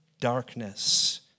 darkness